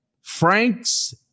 Frank's